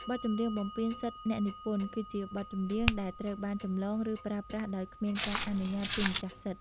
បទចម្រៀងបំពានសិទ្ធិអ្នកនិពន្ធ គឺជាបទចម្រៀងដែលត្រូវបានចម្លង ឬប្រើប្រាស់ដោយគ្មានការអនុញ្ញាតពីម្ចាស់សិទ្ធិ។